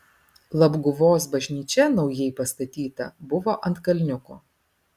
labguvos bažnyčia naujai pastatyta buvo ant kalniuko